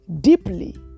deeply